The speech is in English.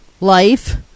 life